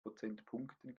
prozentpunkten